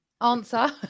Answer